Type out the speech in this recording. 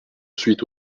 ensuite